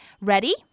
Ready